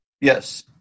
Yes